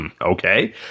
okay